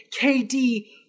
KD